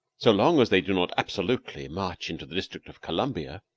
so long as they do not absolutely march into the district of columbia,